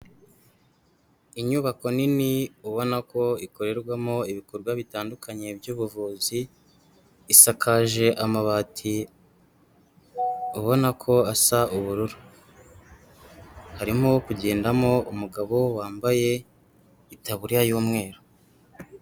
Inyubako nini ubona ko ikorerwamo ibikorwa bitandukanye by'ubuvuzi, isakaje amabati ubona ko asa ubururu, harimo kugendamo umugabo wambaye itaburiya y'umweru.